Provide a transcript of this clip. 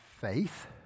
faith